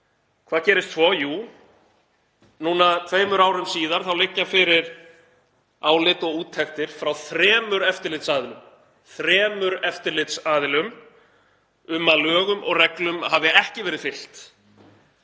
Hvað gerist svo? Jú, núna tveimur árum síðar liggja fyrir álit og úttektir frá þremur eftirlitsaðilum um að lögum og reglum hafi ekki verið fylgt